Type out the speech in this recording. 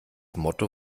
motto